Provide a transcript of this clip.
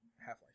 Half-Life